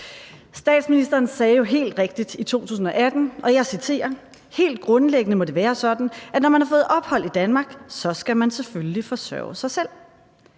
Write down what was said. Statsministeren sagde jo helt rigtigt i 2018 – og jeg citerer: »Helt grundlæggende må det være sådan, at når man har fået ophold i Danmark, så skal man selvfølgelig forsørge sig selv.«